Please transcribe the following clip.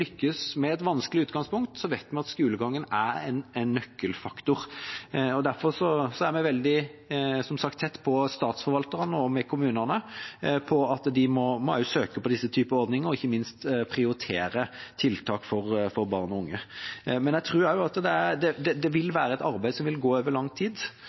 lykkes med et vanskelig utgangspunkt, vet vi at skolegangen er en nøkkelfaktor. Derfor er vi veldig tett på statsforvalterne og kommunene om at de også må søke på disse typene ordninger og ikke minst prioritere tiltak for barn og unge. Jeg tror også at det vil være et arbeid som vil gå over lang tid.